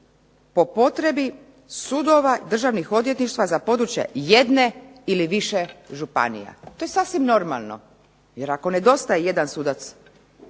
po potrebi sudova, državnih odvjetništva za područje jedne ili više županija. To je sasvim normalno, jer ako nedostaje jedan sudac